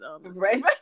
right